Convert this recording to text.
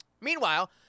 Meanwhile